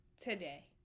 today